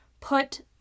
put